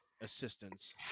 assistance